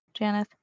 Janeth